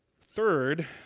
Third